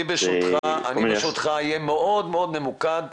אני, ברשותך, אהיה מאוד ממוקד.